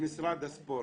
למשרד הספורט.